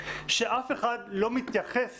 שאף אחד לא מתייחס